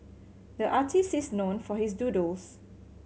the artist is known for his doodles